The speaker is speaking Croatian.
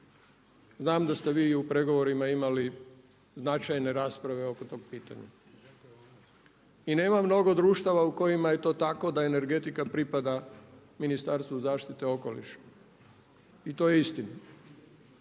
Znam da ste vi i u pregovorima imali značajne rasprave oko tog pitanja. I nema mnogo društava u kojima je to tako da energetika pripada Ministarstvu zaštite okoliša i to je istina.